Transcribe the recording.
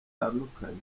hatandukanye